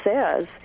says